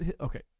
Okay